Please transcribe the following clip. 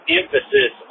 emphasis